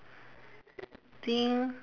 think